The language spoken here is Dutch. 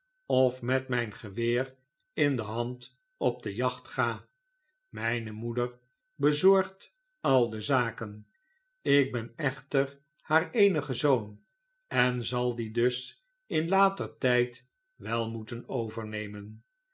of met mijn geweer in de hand op de jacht ga mijne moeder bezorgt al de zaken ik ben echter haar eenige zoon en zal die dus in later tijd wel moeten overnemen